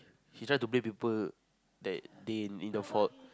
he try to blame people that they in in the fault